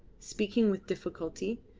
speaking with difficulty.